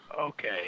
Okay